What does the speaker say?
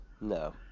No